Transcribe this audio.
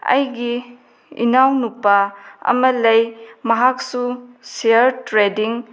ꯑꯩꯒꯤ ꯏꯅꯥꯎ ꯅꯨꯄꯥ ꯑꯃ ꯂꯩ ꯃꯍꯥꯛꯁꯨ ꯁꯤꯌꯥꯔ ꯇ꯭ꯔꯦꯗꯤꯡ